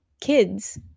kids